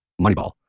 Moneyball